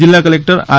જિલ્લા collector R